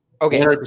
Okay